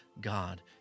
God